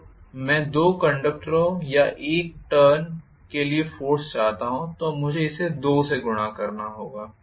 अगर मैं दो कंडक्टरों या एक टर्न के लिए फोर्स चाहता हूं तो मुझे इसे 2 से गुणा करना होगा